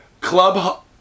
club